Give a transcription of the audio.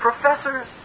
professors